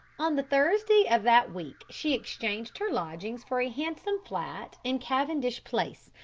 on the thursday of that week she exchanged her lodgings for a handsome flat in cavendish place,